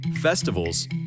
Festivals